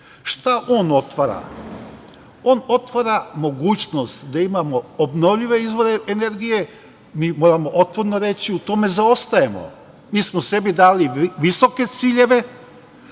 Šta on otvara? On otvara mogućnost da imamo obnovljive izvore energije. Mi moramo otvoreno reći da u tome zaostajemo. Mi smo sebi dali visoke ciljeve,